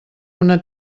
una